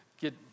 get